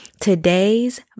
today's